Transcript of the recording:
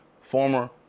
former